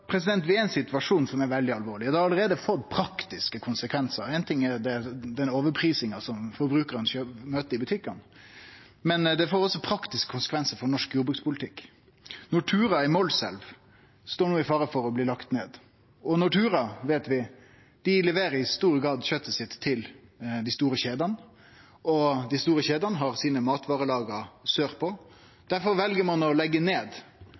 vi er i ein situasjon som er veldig alvorleg, og det har allereie fått praktiske konsekvensar. Ein ting er den overprisinga som forbrukarane møter i butikkane, men det får også praktiske konsekvensar for norsk jordbrukspolitikk. Nortura i Målselv står no i fare for å bli lagt ned. Og Nortura, veit vi, leverer i stor grad kjøtet sitt til dei store kjedene, og dei store kjedene har sine matvarelager sørpå. Difor vel ein å leggje ned